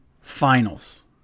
finals